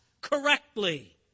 correctly